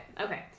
okay